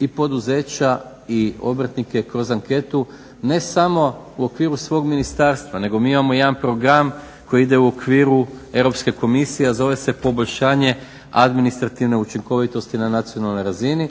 i poduzeća i obrtnike kroz anketu ne samo u okviru svog ministarstva, nego mi imamo jedan program koji ide u okviru Europske komisije, a zove se Poboljšanje administrativne učinkovitosti na nacionalnoj razini